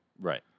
right